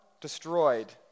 destroyed